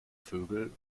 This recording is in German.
vögel